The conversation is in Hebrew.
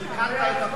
תחזור בך.